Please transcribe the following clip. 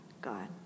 God